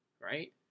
right